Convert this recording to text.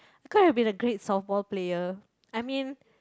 I could have been a great softball player I mean